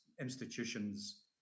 institutions